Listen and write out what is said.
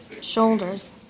shoulders